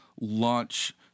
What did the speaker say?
launch